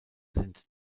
sind